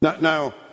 Now